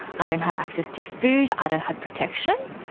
i don't have access to food, i don't have protection.